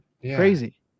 crazy